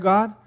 God